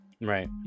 Right